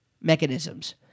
mechanisms